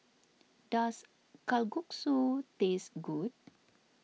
does Kalguksu taste good